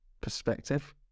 perspective